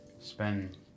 spend